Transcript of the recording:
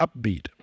upbeat